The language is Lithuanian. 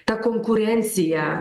ta konkurencija